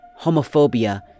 homophobia